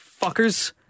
Fuckers